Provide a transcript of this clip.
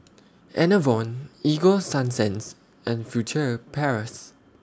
Enervon Ego Sunsense and Furtere Paris